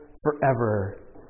forever